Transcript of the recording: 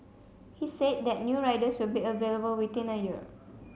he said that new riders will be available within a year